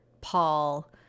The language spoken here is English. Paul